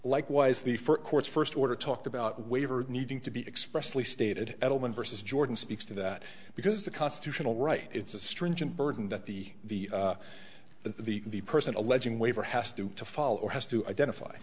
likewise the for courts first order talked about waiver needing to be expressly stated edelman versus jordan speaks to that because the constitutional right it's a stringent burden that the the the person alleging waiver has to fall or has to identify